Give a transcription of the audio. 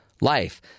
life